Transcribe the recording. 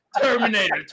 Terminator